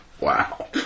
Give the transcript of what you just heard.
Wow